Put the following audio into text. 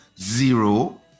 zero